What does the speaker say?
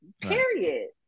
Period